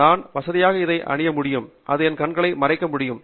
எனவே நான் வசதியாக இதை அணிய முடியும் மற்றும் அது என் கண்களை மறைக்க முடியும்